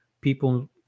people